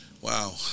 Wow